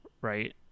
right